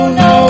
no